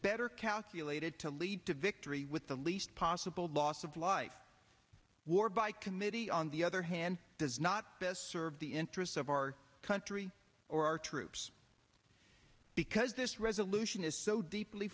better calculated to lead to victory with the least possible loss of life war by committee on the other hand does not this serve the interests of our country or our troops because this resolution is so deeply